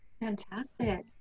fantastic